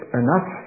enough